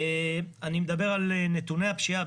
נתוני הפשיעה.